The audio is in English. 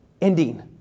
ending